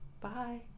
Bye